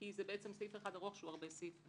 כי זה בעצם סעיף אחד ארוך שהוא הרבה סעיפים,